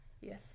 Yes